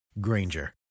Granger